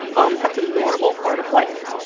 um that's a normal part of life.